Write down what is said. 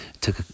took